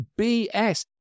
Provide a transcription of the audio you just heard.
bs